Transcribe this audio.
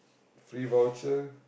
free voucher